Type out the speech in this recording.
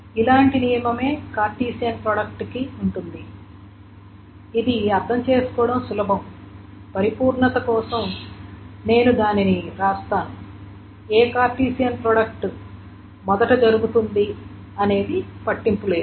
ఇలాంటి నియమమే Cartesian product కి ఉంది ఇది అర్థం చేసుకోవడం సులభం పరిపూర్ణత కోసం నేను దానిని వ్రాస్తాను ఏ కార్టెసియన్ ప్రోడక్ట్ మొదట జరుగుతుంది అనేది పట్టింపు లేదు